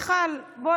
להכין לכן קפה?